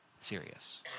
serious